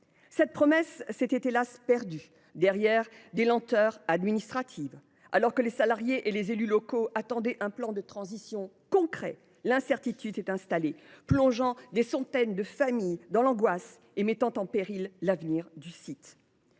Cette promesse s’est, hélas ! perdue derrière des lenteurs administratives. Alors que les salariés et les élus locaux attendaient un plan de transition concret, l’incertitude s’est installée, plongeant des centaines de familles dans l’angoisse et mettant en péril l’avenir du site.